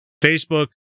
Facebook